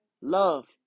Love